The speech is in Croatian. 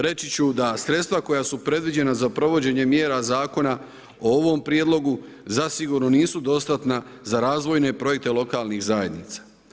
Reći ću da sredstva koja su predviđena za provođenje mjera zakona o ovom prijedlogu zasigurno nisu dostatna za razvojne projekte lokalnih zajednica.